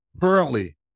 currently